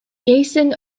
jason